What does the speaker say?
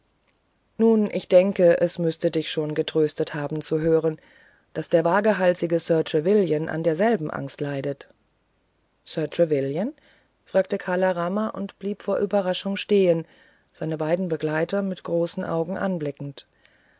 nun ich denke es müßte dich schon getröstet haben zu hören daß der wagehalsige sir trevelyan an derselben angst leidet sir trevelyan fragte kala rama und blieb vor überraschung stehen seine beiden begleiter mit großen augen anblickend